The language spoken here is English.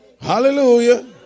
Hallelujah